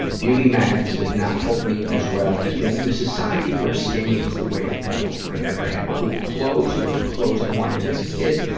beauty mags did not help me, as well as being in a society where skinny is the way to go. i never had cool clothes or the clothes i wanted as a kid,